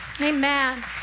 Amen